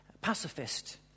Pacifist